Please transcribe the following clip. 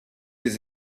les